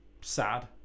sad